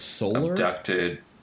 abducted